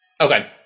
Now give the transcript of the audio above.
Okay